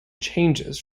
changes